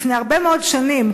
לפני הרבה מאוד שנים,